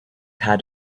had